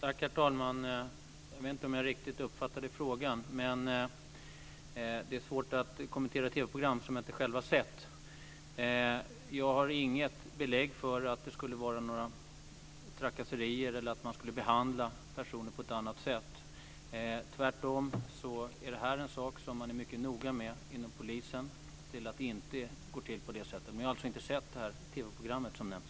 Herr talman! Jag vet inte riktigt om jag uppfattade frågan. Men det är svårt att kommentera ett TV program som jag inte själv har sett. Jag har inget belägg för att det skulle förekomma några trakasserier eller att man skulle behandla personer på annat sätt på grund av hudfärg. Tvärtom är man mycket noga inom polisen med att se till att det inte går till på det sättet. Men jag har alltså inte sett det TV-program som nämns.